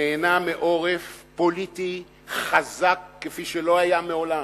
שנהנה מעורף פוליטי חזק כפי שלא היה מעולם,